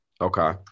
Okay